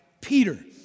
Peter